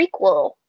prequel